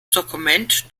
dokument